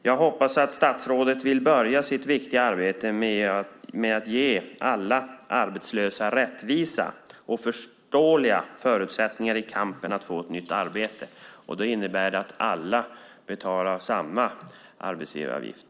Jag hoppas att statsrådet vill börja sitt viktiga arbete med att ge alla arbetslösa rättvisa och förståeliga förutsättningar i kampen att få ett nytt arbete. Det inkluderar att alla betalar samma a-kasseavgift.